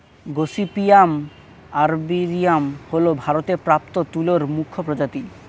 gossypium arboreum হল ভারতে প্রাপ্ত তুলোর মুখ্য প্রজাতি